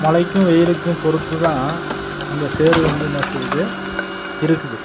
மழைக்கும் வெயிலுக்கும் பொறுத்துதான் அந்த சேரு வந்து என்ன செய்யுது இருக்குது